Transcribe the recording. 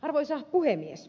arvoisa puhemies